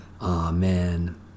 Amen